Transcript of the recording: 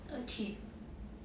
achieve